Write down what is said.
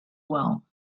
well